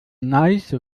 neiße